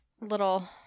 little